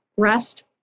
rest